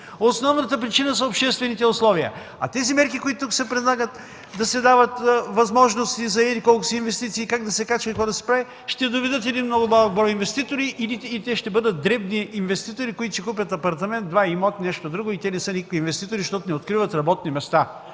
Основната причина са обществените условия. А тези мерки, които тук се предлагат – да се дават възможности за еди колко си инвестиции, какво и как да се прави, ще доведат малък брой инвеститори, които ще бъдат дребни инвеститори, които ще купят апартамент-два, имот. Те не са никакви инвеститори, защото не откриват работни места.